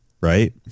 right